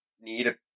need